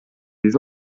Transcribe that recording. des